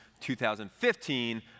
2015